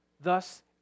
thus